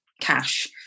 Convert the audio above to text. cash